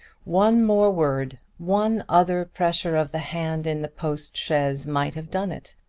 one more word one other pressure of the hand in the post-chaise, might have done it!